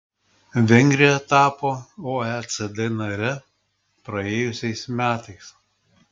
vengrija tapo oecd nare praėjusiais metais